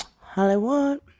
hollywood